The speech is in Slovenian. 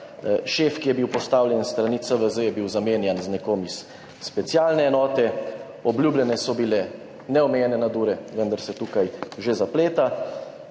Šef, ki je bil postavljen s strani CVZ, je bil zamenjan z nekom iz specialne enote. Obljubljene so bile neomejene nadure, vendar se tukaj že zapleta.